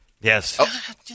Yes